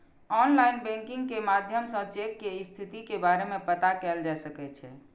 online banking के माध्यम सं चेक के स्थिति के बारे मे पता कैल जा सकै छै